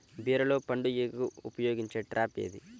బీరలో పండు ఈగకు ఉపయోగించే ట్రాప్ ఏది?